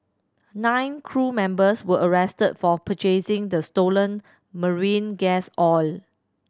nine crew members were arrested for purchasing the stolen marine gas oil